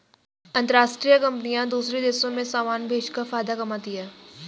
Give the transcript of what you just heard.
अंतरराष्ट्रीय कंपनियां दूसरे देशों में समान भेजकर फायदा कमाती हैं